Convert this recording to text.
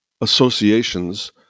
associations